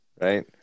right